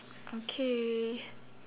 okay